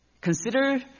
Consider